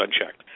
unchecked